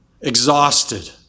Exhausted